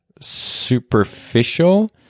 superficial